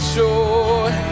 joy